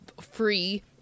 free